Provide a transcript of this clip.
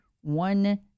one